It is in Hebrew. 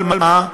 אבל מה?